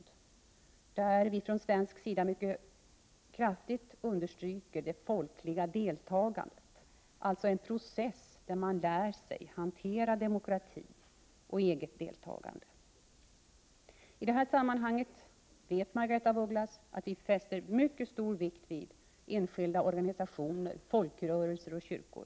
Vi understryker från svensk sida mycket kraftigt det folkliga deltagandet, alltså en process där man får lära sig hantera demokrati och eget deltagande. I detta sammanhang, det vet Margaretha af Ugglas, fäster vi mycket stor vikt vid enskilda organisationer, folkrörelser och kyrkor.